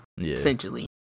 essentially